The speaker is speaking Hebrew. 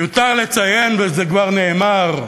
מיותר לציין, וזה כבר נאמר,